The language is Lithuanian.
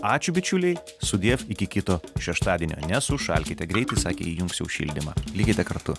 ačiū bičiuliai sudiev iki kito šeštadienio nesušalkite greitai sakė įjungs jau šildymą likite kartu